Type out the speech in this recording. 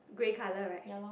grey color right